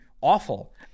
awful